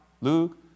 Luke